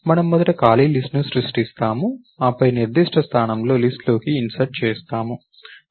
మనము మొదట ఖాళీ లిస్ట్ ను సృష్టిస్తాము ఆపై నిర్దిష్ట స్థానంలో లిస్ట్ లోకి ఇన్సర్ట్ చేసాము